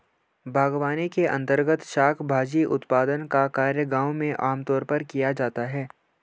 बागवानी के अंर्तगत शाक भाजी उत्पादन का कार्य गांव में आमतौर पर किया जाता है